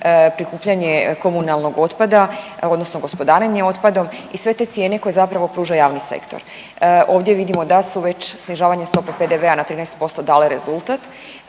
prikupljanje komunalnog otpada odnosno gospodarenje otpadom i sve te cijene koje zapravo pruža javni sektor? Ovdje vidimo da su već snižavanje stope PDV-a na 13% dale rezultat,